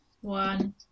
one